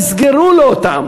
יסגרו לו אותם.